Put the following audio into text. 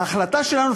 ההחלטה שלנו,